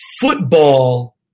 football